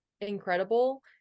incredible